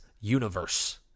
universe